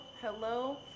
hello